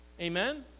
Amen